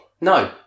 No